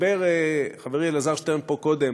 שדיבר חברי אלעזר שטרן פה קודם